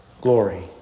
glory